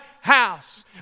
house